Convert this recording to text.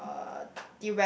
uh